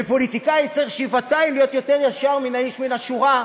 ופוליטיקאי צריך שבעתיים להיות יותר ישר מן האיש מן השורה,